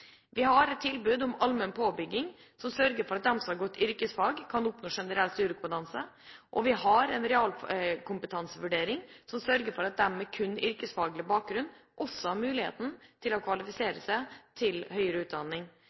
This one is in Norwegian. har tilbud om allmenn påbygging, som sørger for at de som har gått yrkesfag kan oppnå generell studiekompetanse, og vi har realkompetansevurdering som sørger for at de med kun yrkesfaglig bakgrunn også har mulighet til å kvalifisere seg til høyere utdanning.